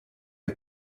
est